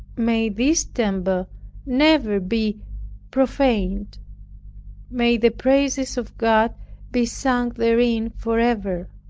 may this temple never be profaned may the praises of god be sung therein forever!